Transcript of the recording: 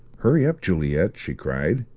hurry up, juliet, she cried,